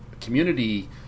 community